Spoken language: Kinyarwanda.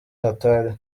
hatari